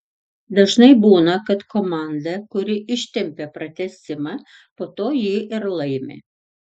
dažnai būna kad komanda kuri ištempią pratęsimą po to jį ir laimi